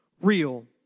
real